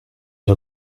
era